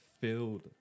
Filled